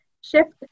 shift